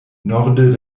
norde